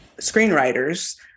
screenwriters